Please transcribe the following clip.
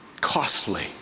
costly